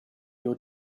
your